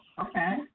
Okay